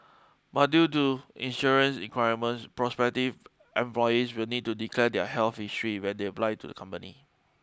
but due to insurance requirements prospective employees will need to declare their health history when they apply to the company